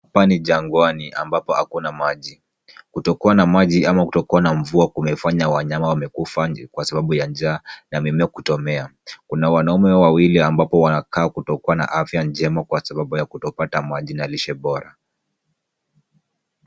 Hapa ni jangwani ambapo hakuna maji. Kutokuwa na maji ama kutokuwa na mvua kumefanya wanyama wamekufa kwa sababu ya njaa na mimea kutomea. Kuna wanaume wawili ambapo wanakaa kutokuwa na afya njema kwa sababu ya kutopata maji na lishe bora.